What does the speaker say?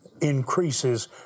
increases